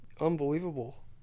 unbelievable